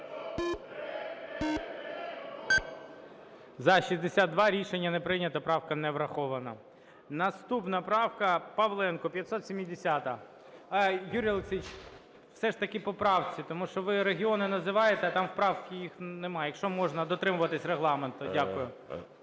За-62 Рішення не прийнято. Правка не врахована. Наступна правка Павленко, 570-а. Юрій Олексійович, все ж таки по правці, тому що ви регіони називаєте, а там в правці їх немає. Якщо можна, дотримуватися Регламенту. Дякую.